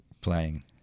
playing